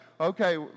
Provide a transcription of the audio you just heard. okay